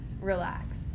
relax